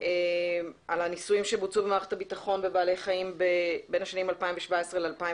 על הניסויים שבוצעו במערכת הביטחון בבעלי חיים בין השנים 2017 ל-2019.